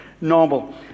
normal